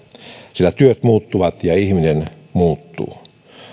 sillä työt muuttuvat ja ihminen muuttuu